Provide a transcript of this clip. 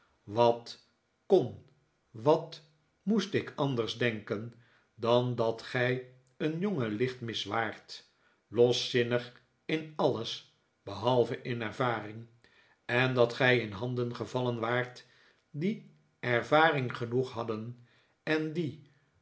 wat kon wat moest ik anders denken dan dat gij een johge lichtmis waart loszinnig in alles behalve in ervaring en dat gij in handen gevallen waart die ervaring genoeg hadden en die